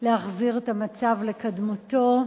להחזיר את המצב לקדמותו.